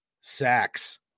sacks